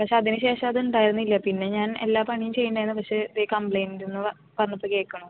പക്ഷെ അതിന് ശേഷം അത് ഉണ്ടായിരുന്നില്ല പിന്നെ ഞാൻ എല്ലാ പണിയും ചെയ്യുന്നുണ്ടായിരുന്നു നു പക്ഷെ കംപ്ലൈന്റെന്ന് പറഞ്ഞിട്ട് കേൾക്കുന്നു